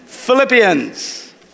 Philippians